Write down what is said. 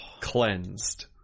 cleansed